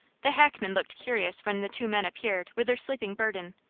the hackman looked curious when the two men appeared with their sleeping burden,